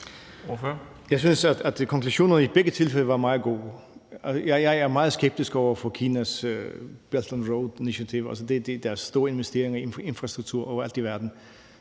Jeg synes, at konklusionen i begge tilfælde var meget god. Jeg er meget skeptisk over for Kinas Belt and Road Initiative, altså deres store investeringer i infrastrukturen overalt i verden,